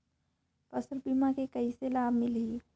फसल बीमा के कइसे लाभ मिलही?